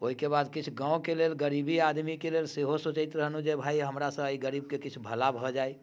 ओहिके बाद किछु गामके लेल गरीबी आदमीके लेल सेहो सोचैत रहलहुँ जे भाय हमरासँ एहि गरीबके किछु भला भऽ जाय